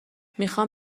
میخام